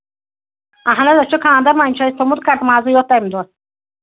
اَہن حظ اَسہِ چھُ خاندر وۄنۍ چھُ اَسہِ تھوٚمُت کَٹہٕ مازٕے یوت تَمہِ دۄہ